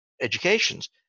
educations